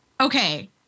okay